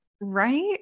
Right